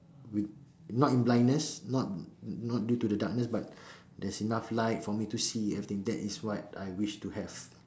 with not in blindness not not due to the darkness but there's enough light for me to see everything that is what I wish to have